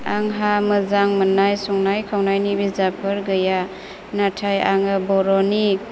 आंहा मोजां मोननाय संनाय खावनायनि बिजाबफोर गैया नाथाय आङो बर'नि